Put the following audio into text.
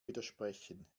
widersprechen